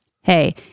Hey